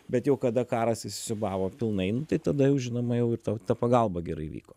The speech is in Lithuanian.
bet jau kada karas įsisiūbavo pilnai nu tai tada jau žinoma jau ir ta ta pagalba gerai vyko